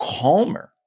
calmer